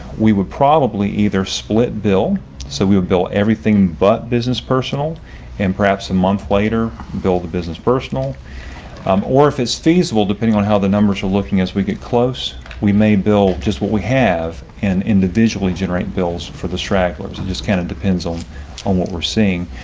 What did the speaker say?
we would probably either split bill so we will bill everything but business personal and perhaps a month later bill the business personal um or if it's feasible depending on how the numbers are looking. as we get close, we may build just what we have and individually generate bills for the stragglers, it and just kind of depends on on what we're seeing.